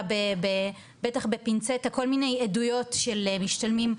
בבטח בפינצטה כל מיני עדויות של משתלמים,